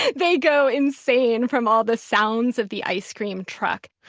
they go insane from all the sounds of the ice cream truck.